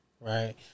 Right